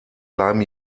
bleiben